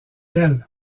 elle